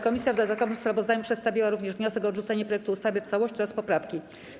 Komisja w dodatkowym sprawozdaniu przedstawiła również wniosek o odrzucenie projektu ustawy w całości oraz poprawki.